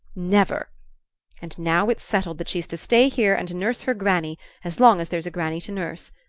never and now it's settled that she's to stay here and nurse her granny as long as there's a granny to nurse.